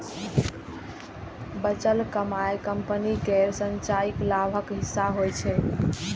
बचल कमाइ कंपनी केर संचयी लाभक हिस्सा होइ छै